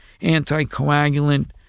anticoagulant